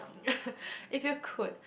if you could